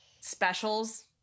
specials